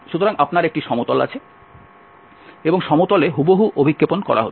সুতরাং আপনার একটি সমতল আছে এবং সমতলে হুবহু অভিক্ষেপণ করা হচ্ছে